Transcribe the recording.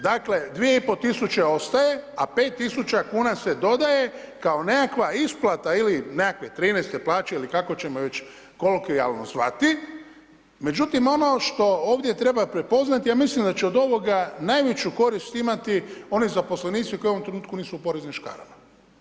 Dakle, 2,5 tisuća ostaje, a 5 tisuća kn se dodaje kao nekakva isplata ili nekakve 13 plaće ili kako ćemo već ju kolokvijalno zvati, međutim, ono što ovdje treba prepoznati, ja mislim da će od ovoga najveću koristi imati oni zaposlenici koji u ovom trenutku nisu u poreznim škarama.